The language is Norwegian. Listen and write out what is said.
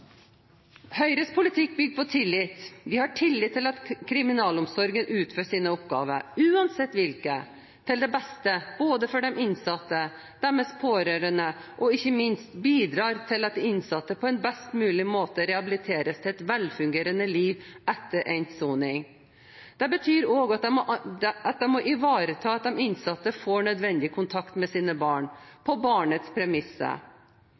Høyres politikk bygger på tillit. Vi har tillit til at kriminalomsorgen utfører sine oppgaver – uansett hvilke – til det beste både for de innsatte og for deres pårørende, og ikke minst at den bidrar til at de innsatte på en best mulig måte rehabiliteres til et velfungerende liv etter endt soning. Det betyr også at de må ivareta at de innsatte får nødvendig kontakt med sine barn – på barnets premisser.